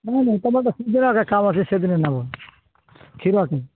ତମନୁ ସେଟା ଦେଖାଵ ସେ ସେଦିନ ନବ ଠିକ ଅଛି